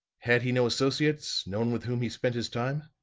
had he no associates no one with whom he spent his time?